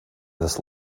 this